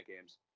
games